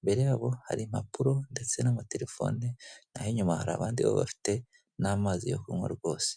imbere yabo hari impapuro ndetse n'amatelefone, naho inyuma hari abandi bafite n'amazi yo kunywa rwose.